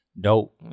dope